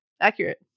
Accurate